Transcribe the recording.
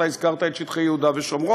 אתה הזכרת את שטחי יהודה ושומרון,